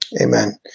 Amen